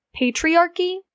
patriarchy